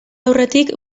aurretik